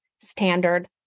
standard